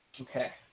Okay